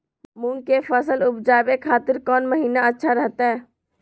मूंग के फसल उवजावे खातिर कौन महीना अच्छा रहतय?